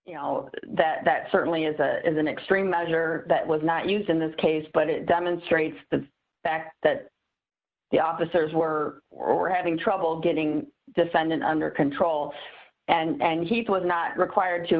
you know that certainly is a is an extreme measure that was not used in this case but it demonstrates the fact that the officers were or were having trouble getting defendant under control and he was not required to